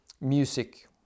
Music